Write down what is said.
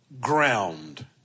ground